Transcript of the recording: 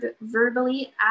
verbally